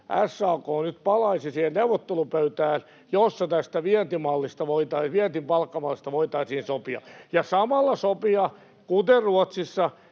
SAK nyt palaisi siihen neuvottelupöytään, jossa tästä vientipalkkamallista voitaisiin sopia, ja samalla sopia, kuten Ruotsissa,